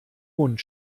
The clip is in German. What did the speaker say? mund